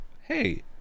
Hey